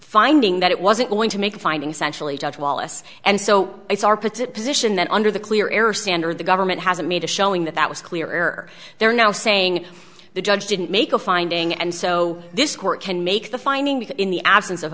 finding that it wasn't going to make a finding sensually judge wallace and so it's our puts it position that under the clear air standard the government hasn't made a showing that that was clear or they're now saying the judge didn't make a finding and so this court can make the finding in the absence of